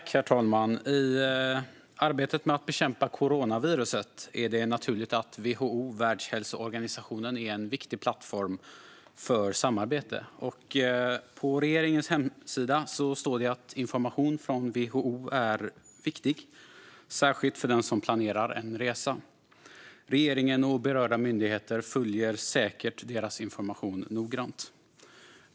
Herr talman! I arbetet med att bekämpa coronaviruset är det naturligt att Världshälsoorganisationen, WHO, är en viktig plattform för samarbete. På regeringens hemsida står det att information från WHO är viktig, särskilt för den som planerar en resa. Regeringen och berörda myndigheter följer säkert deras information noggrant.